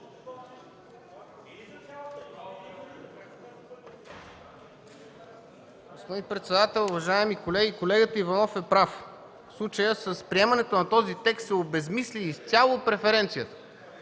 Господин председател, уважаеми колеги! Колегата Иванов е прав. В случая с приемането на този текст се обезсмисля изцяло преференцията,